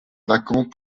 vacant